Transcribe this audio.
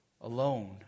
alone